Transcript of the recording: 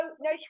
no